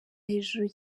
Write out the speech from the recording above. hejuru